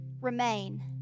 remain